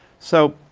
so, ah,